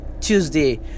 Tuesday